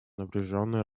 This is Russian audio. напряженной